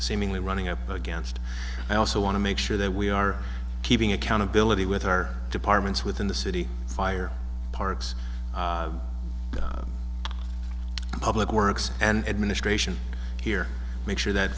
seemingly running up against i also want to make sure that we are keeping accountability with our departments within the city fire parks public works and administration here make sure that